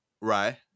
Right